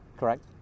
Correct